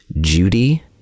Judy